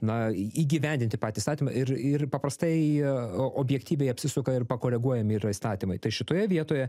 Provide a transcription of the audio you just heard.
na į įgyvendinti patį įstatymą ir ir paprastai jie o objektyviai apsisuka ir pakoreguojami yra įstatymai tai šitoje vietoje